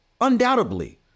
undoubtedly